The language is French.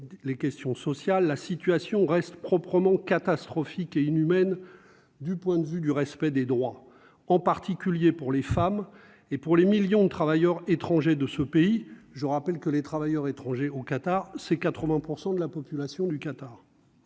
la situation reste proprement catastrophique et inhumaine du point de vue du respect des droits, en particulier pour les femmes et pour les millions de travailleurs étrangers de ce pays, je rappelle que les travailleurs étrangers au Qatar, c'est 80 % de la population du Qatar,